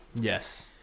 Yes